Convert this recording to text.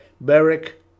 Beric